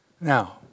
Now